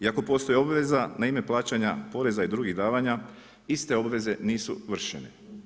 Iako postoji obveza na ime plaćanja poreza i drugih davanja i ste obveze nisu vršene.